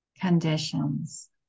conditions